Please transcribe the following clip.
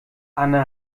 anne